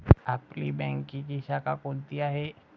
आपली बँकेची शाखा कोणती आहे